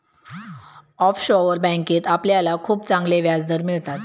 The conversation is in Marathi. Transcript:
ऑफशोअर बँकेत आपल्याला खूप चांगले व्याजदर मिळतात